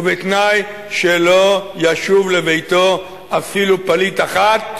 ובתנאי שלא ישוב לביתו אפילו פליט אחד.